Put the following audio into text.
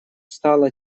стало